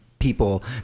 people